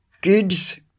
kids